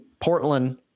Portland